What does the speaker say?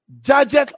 judges